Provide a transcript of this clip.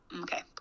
okay